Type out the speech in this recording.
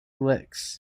licks